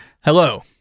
Hello